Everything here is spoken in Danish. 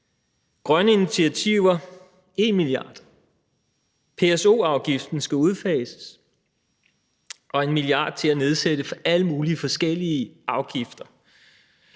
grønne initiativer bruger vi 1 mia. kr. PSO-afgiften skal udfases. Og så bruger vi 1 mia. kr. til at nedsætte alle mulige forskellige afgifter.